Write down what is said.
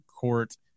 Court